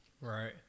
Right